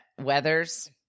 weathers